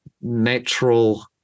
natural